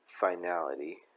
finality